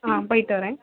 ஆ போய்ட்டு வரேன்